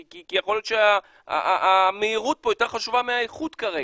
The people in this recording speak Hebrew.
כי יכול להיות שהמהירות פה יותר חשובה מהאיכות כרגע.